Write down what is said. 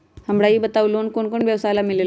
हमरा ई बताऊ लोन कौन कौन व्यवसाय ला मिली?